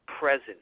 present